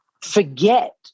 forget